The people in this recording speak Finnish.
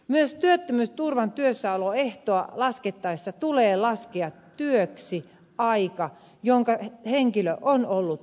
myös työttömyysturvan työssäoloehtoa laskettaessa tulee laskea työksi aika jonka henkilö on ollut omaishoitajana